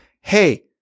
Hey